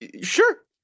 sure